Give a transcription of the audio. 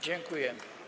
Dziękuję.